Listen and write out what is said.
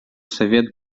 совет